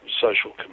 social